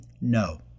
no